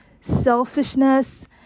selfishness